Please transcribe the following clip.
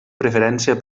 preferència